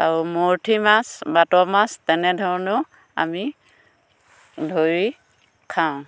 আৰু মৰঠি মাছ বাট মাছ তেনেধৰণেও আমি ধৰি খাওঁ